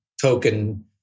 token